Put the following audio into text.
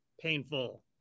painful